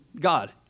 God